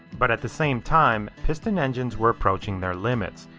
but at the same time piston engines were approaching their limits.